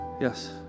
yes